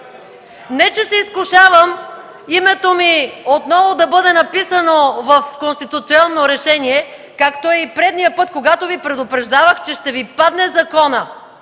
Не че се изкушавам името ми отново да бъде написано в конституционно решение, както и предния път, когато Ви предупреждавах, че ще Ви падне закона